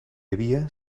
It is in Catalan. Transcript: havia